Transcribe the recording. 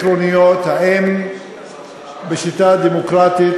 שאלות עקרוניות אם בשיטה הדמוקרטית